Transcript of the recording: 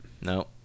No